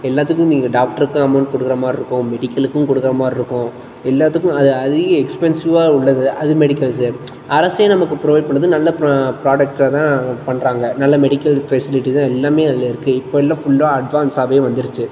எல்லாத்துக்கும் நீங்கள் டாக்டருக்கும் அமௌண்ட் கொடுக்குற மாதிரி இருக்கும் மெடிக்கலுக்கும் கொடுக்கற மாதிரி இருக்கும் எல்லோத்துக்கும் அது அதிக எக்ஸ்பென்ஸிவாக உள்ளது அது மெடிக்கல்ஸு அரசே நமக்கு ப்ரொவைட் பண்ணுது நல்ல ப்ர ப்ராடக்ட்டாக தான் பண்ணுறாங்க நல்ல மெடிக்கல் ஃபெசிலிட்டி தான் எல்லாமே அதில் இருக்குது இப்போல்லாம் ஃபுல்லாக அட்வான்ஸாகவே வந்துடுச்சு